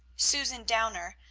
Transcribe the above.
susan downer,